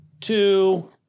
two